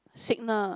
signal